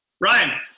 Ryan